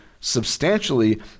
substantially